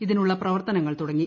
ഇതിനുള്ള പ്രവർത്തനങ്ങൾ തുടങ്ങി